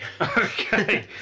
Okay